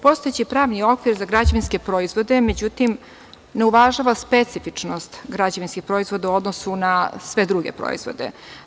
Postojeći pravni okvir za građevinske proizvode, međutim, ne uvažava specifičnost građevinskih proizvoda u odnosu na sve druge proizvode.